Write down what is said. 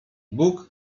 bug